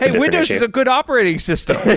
and windows is a good operating system